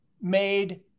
made